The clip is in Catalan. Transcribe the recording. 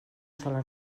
sola